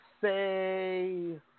say